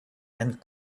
and